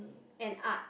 and art